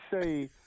say